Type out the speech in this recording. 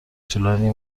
طولانی